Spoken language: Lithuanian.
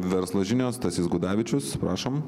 verslo žinios stasys gudavičius prašom